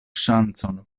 ŝancon